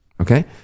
Okay